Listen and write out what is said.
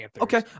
Okay